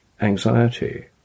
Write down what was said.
anxiety